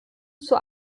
zur